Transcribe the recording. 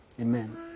Amen